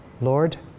Lord